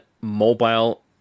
mobile